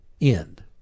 end